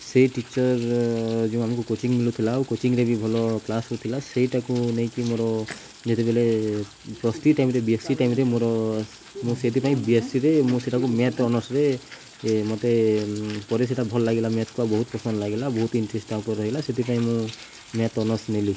ସେହି ଟିଚର୍ ଯେଉଁ ଆମକୁ କୋଚିଂ ମିଳୁଥିଲା ଆଉ କୋଚିଂରେ ବି ଭଲ କ୍ଲାସ୍ ହେଉଥିଲା ସେଇଟାକୁ ନେଇକି ମୋର ଯେତେବେଲେ ପ୍ଲସ୍ ଥ୍ରୀ ଟାଇମ୍ରେ ବି ଏସ୍ ସି ଟାଇମ୍ରେ ମୋର ମୁଁ ସେଇଥିପାଇଁ ବିଏସ୍ସିରେ ମୁଁ ସେଇଟାକୁ ମ୍ୟାଥ୍ ଅନର୍ସ୍ରେ ମୋତେ ପରେ ସେଇଟା ଭଲ ଲାଗିଲା ମ୍ୟାଥ୍କୁ ବହୁତ ପସନ୍ଦ ଲାଗିଲା ବହୁତ ଇଣ୍ଟ୍ରେଷ୍ଟ୍ ତା'ଉପରେ ରହିଲା ସେଥିପାଇଁ ମୁଁ ମ୍ୟାଥ୍ ଅନର୍ସ୍ ନେଲି